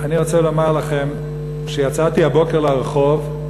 אני רוצה לומר לכם שיצאתי הבוקר לרחוב,